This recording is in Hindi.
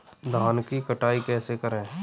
धान की कटाई कैसे करें?